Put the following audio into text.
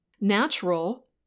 natural